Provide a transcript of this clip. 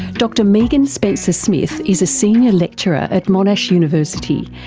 dr megan spencer-smith is a senior lecturer at monash university,